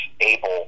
able